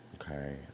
Okay